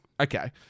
okay